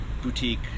Boutique